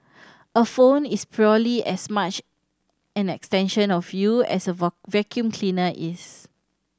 a phone is purely as much an extension of you as a vacuum cleaner is